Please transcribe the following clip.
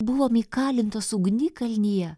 buvom įkalintos ugnikalnyje